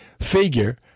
figure